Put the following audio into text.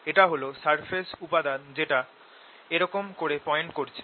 এটা হল সারফেস উপাদান যেটা এরকম করে পয়েন্ট করছে